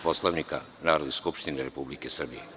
Poslovnika Narodne skupštine Republike Srbije.